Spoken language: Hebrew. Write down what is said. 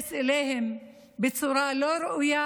שמתייחס אליהן בצורה לא ראויה,